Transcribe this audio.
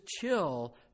chill